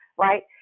right